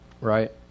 Right